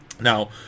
now